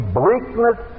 bleakness